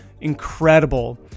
incredible